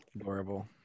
Adorable